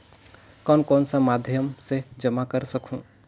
कौन कौन सा माध्यम से जमा कर सखहू?